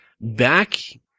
back